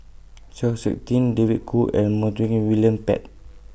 Chng Seok Tin David Kwo and Montague William Pett